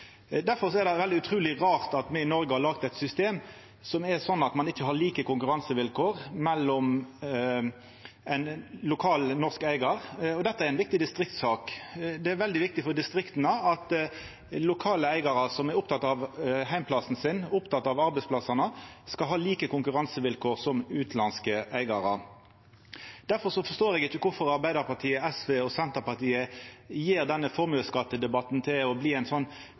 er det utruleg rart at me i Noreg har laga eit system som er sånn at ein ikkje har like konkurransevilkår for ein lokal norsk eigar, og dette er ei viktig distriktssak. Det er veldig viktig for distrikta at lokale eigarar som er opptekne av heimplassen sin og opptekne av arbeidsplassane, skal ha like konkurransevilkår som utanlandske eigarar. Difor forstår eg ikkje kvifor Arbeidarpartiet, SV og Senterpartiet gjer denne formuesskattdebatten til å bli ein